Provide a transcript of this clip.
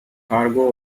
cargo